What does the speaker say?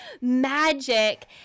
magic